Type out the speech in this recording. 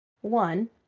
one